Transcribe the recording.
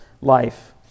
life